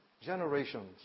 generations